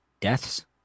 Deaths